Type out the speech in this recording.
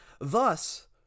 Thus